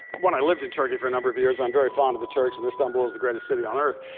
when i lived in turkey for a number of years and i'm very fond of the turks and istanbul is the greatest city on earth,